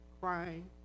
crying